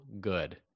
good